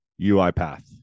uipath